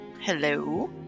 Hello